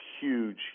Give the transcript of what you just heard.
huge